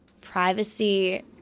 Privacy